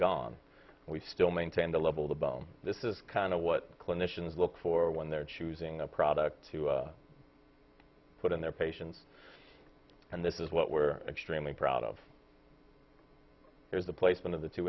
gone we still maintain the level of the bone this is kind of what clinicians look for when they're choosing a product to put in their patients and this is what we're extremely proud of here is the placement of the two